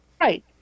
Right